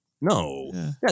No